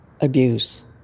abuse